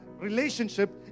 relationship